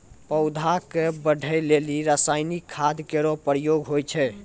पौधा क बढ़ै लेलि रसायनिक खाद केरो प्रयोग होय छै